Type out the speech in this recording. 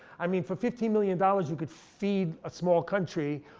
i mean for fifteen million dollars you could feed a small country,